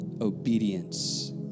obedience